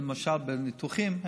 למשל בניתוחים,